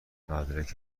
مدرک